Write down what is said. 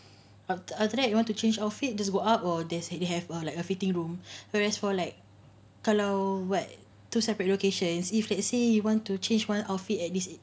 of the after that you want to change outfit just go up or this area have like a fitting room whereas for like kalau buat two separate locations if let's say you want to change one outfit at this